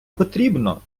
потрібно